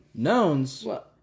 knowns